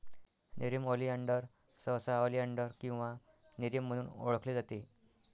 nerium oleander सहसा oleander किंवा nerium म्हणून ओळखले जाते